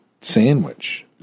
sandwich